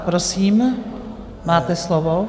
Prosím, máte slovo.